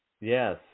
Yes